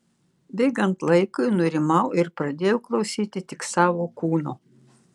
bėgant laikui nurimau ir pradėjau klausyti tik savo kūno